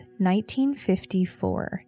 1954